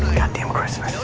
god damn christmas.